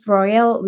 Royal